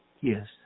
Yes